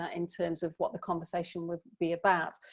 ah in terms of what the conversation would be about.